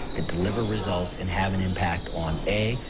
that deliver results and have an impact on a,